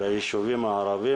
ביישובים הערביים,